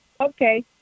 okay